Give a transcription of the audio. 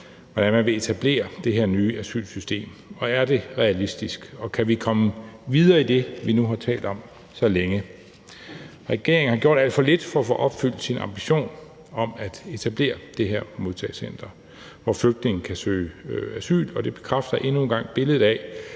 hvordan man vil etablere det her nye asylsystem, om det er realistisk, og om vi kan komme videre med det, vi nu har talt om så længe. Regeringen har gjort alt for lidt for at få opfyldt sin ambition om at etablere det her modtagecenter, hvor flygtninge kan søge asyl, og det bekræfter endnu engang